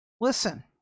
listen